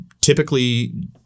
typically